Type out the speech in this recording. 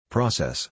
Process